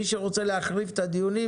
מי שרוצה להחריף את הדיונים